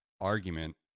argument